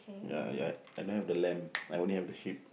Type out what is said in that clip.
uh ya I don't have the lamb I only have the sheep